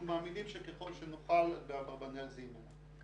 אנחנו מאמינים שככל שנוכל באברבנאל זה יימנע.